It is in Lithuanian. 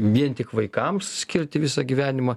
vien tik vaikams skirti visą gyvenimą